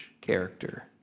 character